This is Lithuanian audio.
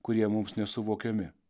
kurie mums nesuvokiami